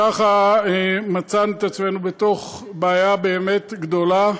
ככה מצאנו את עצמנו בתוך בעיה באמת גדולה.